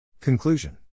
Conclusion